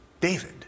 David